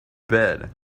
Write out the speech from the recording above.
bed